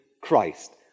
Christ